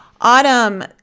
Autumn